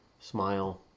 Smile